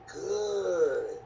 good